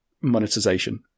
monetization